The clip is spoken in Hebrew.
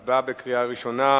הצבעה בקריאה ראשונה,